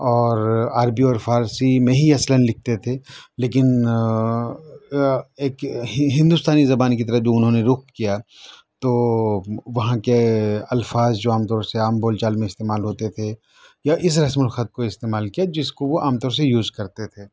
اور عربی اور فارسی میں ہی اصلاََ لکھتے تھے لیکن ایک ہندوستانی زبان کی طرف جو اُنہوں نے رخ کیا تو وہاں کے الفاظ جو عام طور سے عام بول چال میں استعمال ہوتے تھے یا اِس رسمُ الخط کو استعمال کیا جس کو وہ عام طور سے یوز کرتے تھے